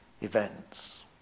Events